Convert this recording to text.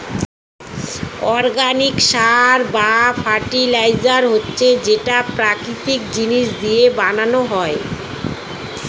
organic সার বা fertiliser হচ্ছে যেটা প্রাকৃতিক জিনিস দিয়ে বানানো হয়